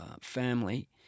family